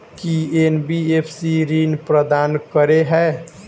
की NBFC ऋण प्रदान करे है?